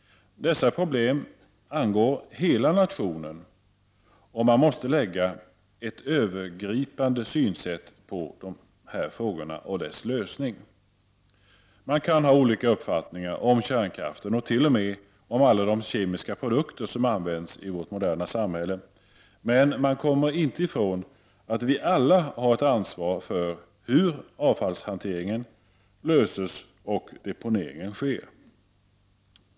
Dessa problem angår hela nationen, och man måste lägga ett övergripande synsätt på deras lösning. Man kan ha olika uppfattningar om kärnkraften och om alla de kemiska produkter som används i vårt moderna samhälle, men man kommer inte ifrån att vi alla har ett ansvar för hur avfallshanteringen löses och deponeringen ordnas.